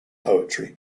poetry